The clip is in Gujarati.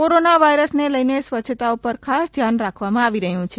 કોરોના વાઈરસને લઇને સ્વચ્છતા પર ખાસ ધ્યાન રાખવામાં આવી રહ્યું છે